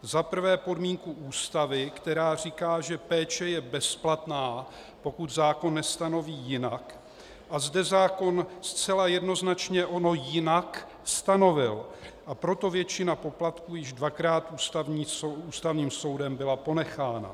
Za prvé podmínku Ústavy, která říká, že péče je bezplatná, pokud zákon nestanoví jinak, a zde zákon zcela jednoznačně ono jinak stanovil, a proto většina poplatků již dvakrát Ústavním soudem byla ponechána.